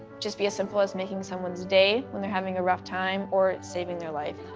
just be as simple as making someone's day when they're having a rough time, or saving their life.